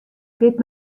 dit